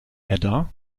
edda